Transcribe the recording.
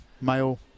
male